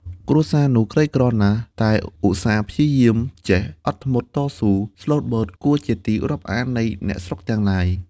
គ្រួសារនោះក្រីក្រណាស់ តែឧស្សាហ៍ ព្យាយាម ចេះអត់ធ្មត់តស៊ូ ស្លូតបូត គួរជាទីរាប់អាននៃ អ្នកស្រុកទាំងឡាយ ។